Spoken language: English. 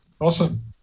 Awesome